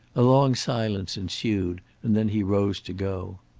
a long silence ensued and then he rose to go.